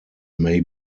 may